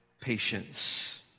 patience